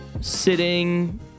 sitting